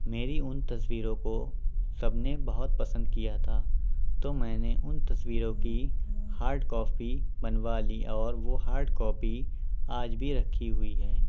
میری ان تصویروں کو سب نے بہت پسند کیا تھا تو میں نے ان تصویروں کی ہارڈ کاپی بنوا لی اور وہ ہارڈ کاپی آج بھی رکھی ہوئی ہے